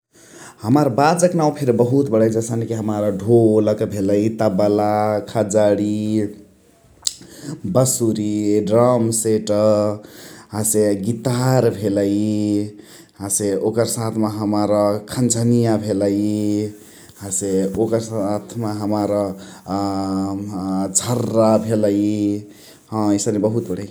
हमार बाजाक नाउ फेरी बहुत बणै जसने कि हमार ढोलक भेलाई, तबला, खजणि, बसुरि, ड्रमसेट्, हसे गितार भेलइ । हसे ओकर साथ मा हमार खानझनिया भेलइ । हसे ओकर साथ मा हमार अ झररा भेलइ । ह एसने बहुत बणै ।